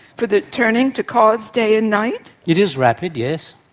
for the turning to cause day and night? it is rapid, yes.